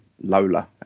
Lola